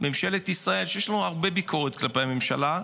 ממשלת ישראל, ויש לנו הרבה ביקורת כלפי הממשלה,